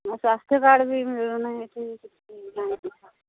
ମୋ ସ୍ୱାସ୍ଥ୍ୟ କାର୍ଡ୍ ବି ମିଳୁନାହିଁ